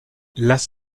las